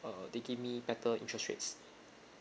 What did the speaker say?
uh they give me better interest rates